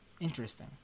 Interesting